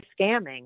scamming